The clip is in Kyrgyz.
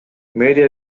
мэрия